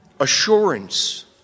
Assurance